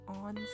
on